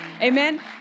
Amen